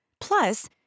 Plus